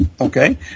Okay